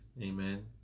amen